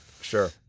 sure